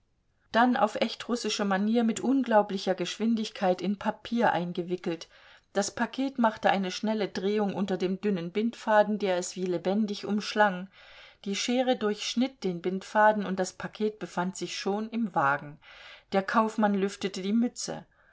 dann auf echt russische manier mit unglaublicher geschwindigkeit in papier eingewickelt das paket machte einige schnelle drehungen unter dem dünnen bindfaden der es wie lebendig umschlang die schere durchschnitt den bindfaden und das paket befand sich schon im wagen der kaufmann lüftete die mütze